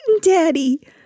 daddy